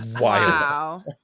Wow